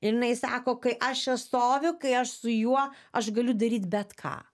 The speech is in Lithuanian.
ir jinai sako kai aš čia stoviu kai aš su juo aš galiu daryti bet ką